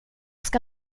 ska